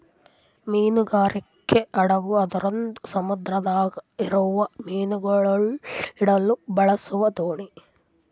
ಮೀನುಗಾರಿಕೆ ಹಡಗು ಅಂದುರ್ ಸಮುದ್ರದಾಗ್ ಇರವು ಮೀನುಗೊಳ್ ಹಿಡಿಲುಕ್ ಬಳಸ ದೋಣಿ